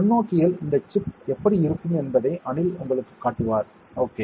நுண்ணோக்கியில் இந்த சிப் எப்படி இருக்கும் என்பதை அனில் உங்களுக்குக் காட்டுவார் ஓகே